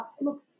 look